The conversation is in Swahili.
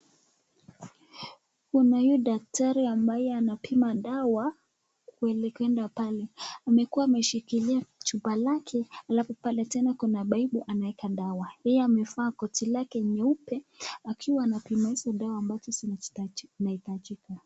Kuna huyu daktari ambaye anapima dawa kueleka na pale amekuwa ameshikilia chupa lake alfu pale tena Kuna paipu anaweka dawa yeye amefaa koti yake nyeupe akiwa anapima hizi dawa ambazo zinaitajika.